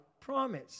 promise